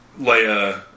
Leia